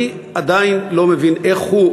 אני עדיין לא מבין איך הוא,